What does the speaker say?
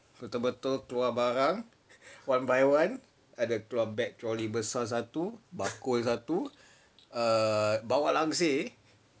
betul-betul keluar barang one by one ada claw back trolley besar satu bakul satu err bawa langsir